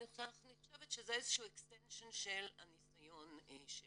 אני חושבת שזה איזה שהוא אקסטנשן של הניסיון שלנו.